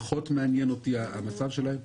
פחות מעניין אותי המצב שלהם,